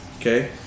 Okay